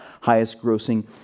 highest-grossing